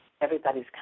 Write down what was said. everybody's